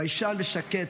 ביישן ושקט,